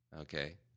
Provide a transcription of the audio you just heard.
Okay